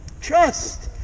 Trust